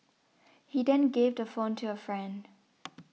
he then gave the phone to a friend